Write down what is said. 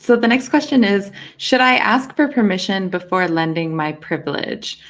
the next question is should i ask for her mission before lending my privilege?